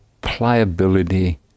pliability